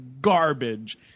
garbage